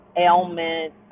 ailment